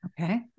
Okay